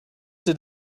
did